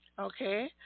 Okay